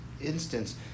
instance